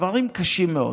דברים קשים מאוד.